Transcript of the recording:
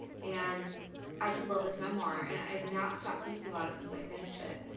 and i just love this memoir. and i've not stopped thinking about it since i finished it.